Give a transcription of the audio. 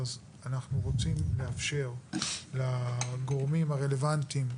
אנחנו רוצים לאפשר לגורמים הרלוונטיים,